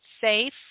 safe